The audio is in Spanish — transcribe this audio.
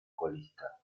colista